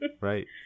right